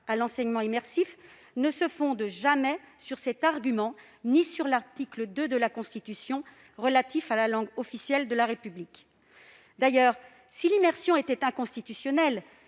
à l'enseignement immersif, ne se fonde ni sur cet argument ni sur l'article 2 de la Constitution relatif à la langue officielle de la République. Si l'immersion était inconstitutionnelle,